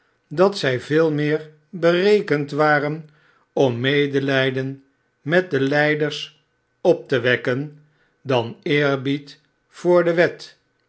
dat zij veel meer berekend waren om medelijden met de lijders op tewekken dan eerbied voor de wet